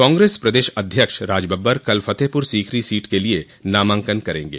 कांग्रेस प्रदेश अध्यक्ष राजबब्बर कल फतेहपुर सीकरी सीट के लिए नामांकन करेंगे